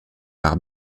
par